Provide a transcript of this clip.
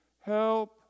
Help